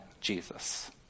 Jesus